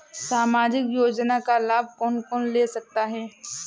सामाजिक योजना का लाभ कौन कौन ले सकता है?